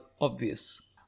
obvious